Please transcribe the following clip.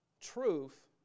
truth